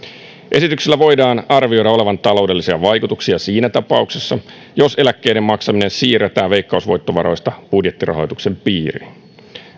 esityksellä voidaan arvioida olevan taloudellisia vaikutuksia siinä tapauksessa jos eläkkeiden maksaminen siirretään veikkausvoittovaroista budjettirahoituksen piiriin